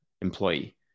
employee